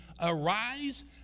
Arise